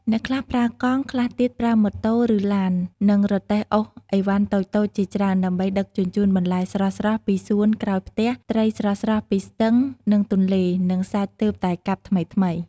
អ្នកខ្លះប្រើកង់ ខ្លះទៀតប្រើម៉ូតូ ឬឡាន និងរទេះអូសឥវ៉ាន់តូចៗជាច្រើន ដើម្បីដឹកជញ្ជូនបន្លែស្រស់ៗពីសួនក្រោយផ្ទះ ត្រីស្រស់ៗពីស្ទឹង និងទន្លេ និងសាច់ទើបតែកាប់ថ្មីៗ។